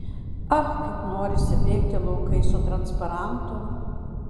ach kaip norisi bėgti laukais su transparantu